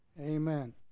Amen